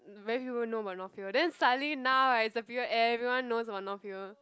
very few people know about North Hill then suddenly now right it's a period everyone knows about North Hill